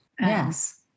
Yes